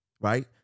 right